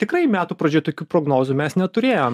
tikrai metų pradžioj tokių prognozių mes neturėjom